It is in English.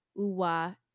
Uwa